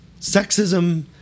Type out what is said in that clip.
sexism